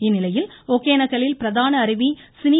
இந்நிலையில் ஒகேனக்கல்லில் பிரதான அருவி சினி